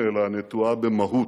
אלא נטועה במהות.